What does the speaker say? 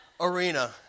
arena